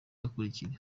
akurikira